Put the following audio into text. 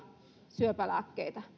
syöpälääkkeitä